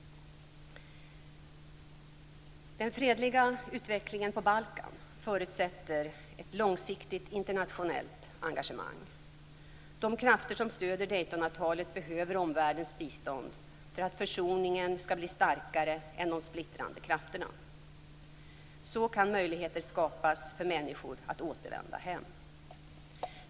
Den fredliga utvecklingen på Balkan förutsätter ett långsiktigt internationellt engagemang. De krafter som stöder Daytonavtalet behöver omvärldens bistånd för att försoningen skall bli starkare än de splittrande krafterna. Så kan möjligheter skapas för människor att återvända hem.